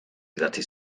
idatzi